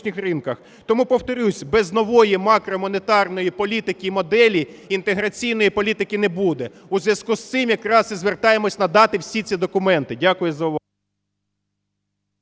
Тому повторюся, без нової макромонетарної політики і моделі інтеграційної політики не буде. У зв'язку з цим якраз і звертаємося надати всі ці документи. Дякую за увагу.